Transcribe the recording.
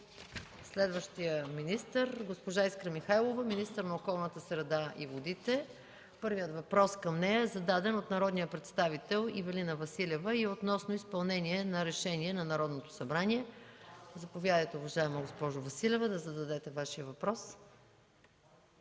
следващия министър – госпожа Искра Михайлова, министър на околната среда и водите. Първият въпрос към нея е зададен от народния представител Ивелина Василева и е относно изпълнение на Решение на Народното събрание. Заповядайте, уважаема госпожо Василева, да зададете Вашия въпрос.